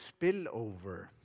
Spillover